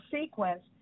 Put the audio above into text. sequence